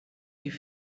die